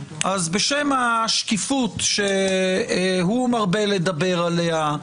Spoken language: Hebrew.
אז בשם השקיפות שהוא מרבה לדבר עליה,